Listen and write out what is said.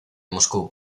moscú